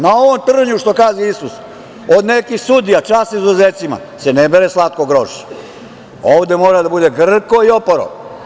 Na ovom trnju, što gazi Isus, od nekih sudija, čast izuzecima, se ne bere slatko grožđe, ovde mora da bude grko i oporo.